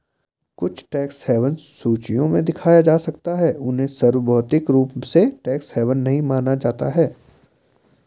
कुछ tax haven सूचियों में दिखाया जा सकता है, उन्हें सार्वभौमिक रूप से टैक्स हेवन नहीं माना जाता है